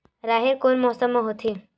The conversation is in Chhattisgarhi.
राहेर कोन मौसम मा होथे?